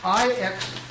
IX